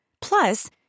Plus